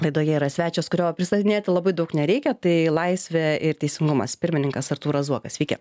laidoje yra svečias kurio pristatinėti labai daug nereikia tai laisvė ir teisingumas pirmininkas artūras zuokas sveiki